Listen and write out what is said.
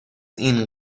این